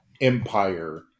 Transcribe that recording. empire